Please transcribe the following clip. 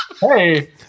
hey